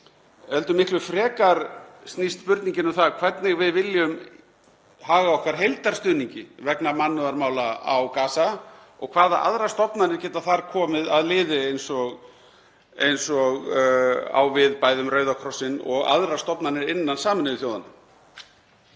miklu frekar um það hvernig við viljum haga okkar heildarstuðningi vegna mannúðarmála á Gaza og hvaða aðrar stofnanir geta þar komið að liði eins og á við bæði um Rauða krossinn og aðrar stofnanir innan Sameinuðu þjóðanna.